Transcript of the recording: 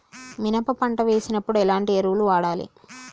మినప పంట వేసినప్పుడు ఎలాంటి ఎరువులు వాడాలి?